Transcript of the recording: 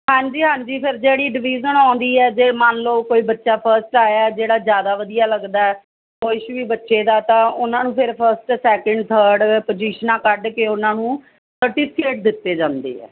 ਹਾਂਜੀ ਹਾਂਜੀ ਫਿਰ ਜਿਹੜੀ ਡਿਵੀਜ਼ਨ ਆਉਂਦੀ ਹੈ ਜੇ ਮੰਨ ਲਓ ਕੋਈ ਬੱਚਾ ਫਸਟ ਆਇਆ ਜਿਹੜਾ ਜ਼ਿਆਦਾ ਵਧੀਆ ਲੱਗਦਾ ਕੁਛ ਵੀ ਬੱਚੇ ਦਾ ਤਾਂ ਉਹਨਾਂ ਨੂੰ ਫਿਰ ਫਸਟ ਸੈਕਿੰਡ ਥਰਡ ਪੁਜੀਸ਼ਨਾਂ ਕੱਢ ਕੇ ਉਹਨਾਂ ਨੂੰ ਸਰਟੀਫਿਕੇਟ ਦਿੱਤੇ ਜਾਂਦੇ ਹੈ